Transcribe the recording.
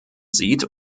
sieht